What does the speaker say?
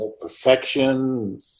perfection